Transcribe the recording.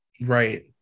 Right